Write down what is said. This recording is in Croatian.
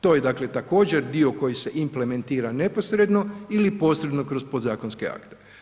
To je također dio koji se implementira neposredno ili posredno kroz podzakonske akte.